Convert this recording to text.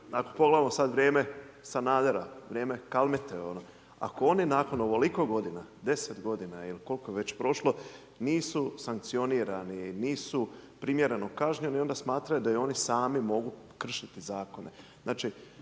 ako pogledamo sad vrijeme Sanadera, vrijeme Kalmete. Ako oni nakon ovoliko godina, 10 godina ili koliko je već prošlo, nisu sankcionirani, nisu primjereno kažnjeni, onda smatraju da i oni sami mogu kršiti zakone.